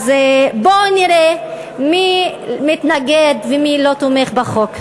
בואו נראה מי מתנגד ומי לא תומך בחוק.